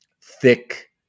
thick